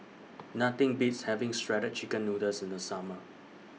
Nothing Beats having Shredded Chicken Noodles in The Summer